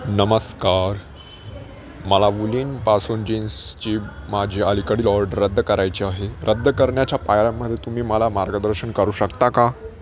नमस्कार मला वुलीनपासून जीन्सची माझी अलीकडील ऑर्डर रद्द करायची आहे रद्द करण्याच्या पायऱ्यांमध्ये तुम्ही मला मार्गदर्शन करू शकता का